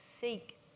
seek